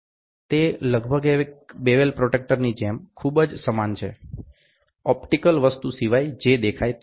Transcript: તે લગભગ એક બેવલ પ્રોટ્રેક્ટરની જેમ ખૂબ જ સમાન છે ઓપ્ટિકલ વસ્તુ સિવાય જે દેખાય છે